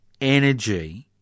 energy